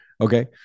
Okay